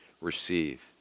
receive